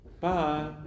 Bye